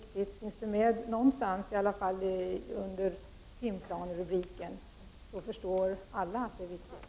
Om de finns med under t.ex. timplanerubriken, förstår alla att det är viktigt.